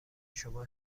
شما